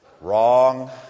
Wrong